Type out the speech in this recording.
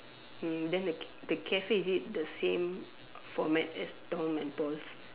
mm then the the cafe is it the same format as Tom and Paul's